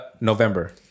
November